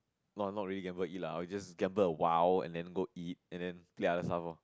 no not really gamble and eat lah or you just gamble a while and then go eat and then ya just have lor